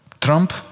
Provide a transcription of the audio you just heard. Trump